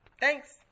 Thanks